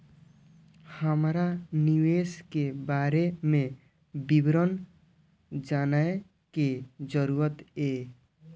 हमरा निवेश के बारे में विवरण जानय के जरुरत ये?